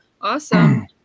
Awesome